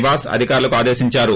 నివాస్ అధికారులకు ఆదేశించారు